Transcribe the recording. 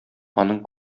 аның